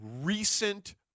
recent